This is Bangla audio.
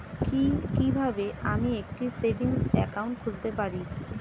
কি কিভাবে আমি একটি সেভিংস একাউন্ট খুলতে পারি?